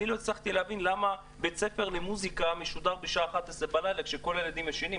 אני לא הצלחתי למה בית ספר למוזיקה משודר בשעה 23:00 כשכל הילדים ישנים.